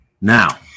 Now